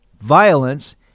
violence